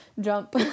jump